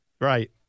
Right